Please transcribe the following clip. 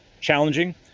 challenging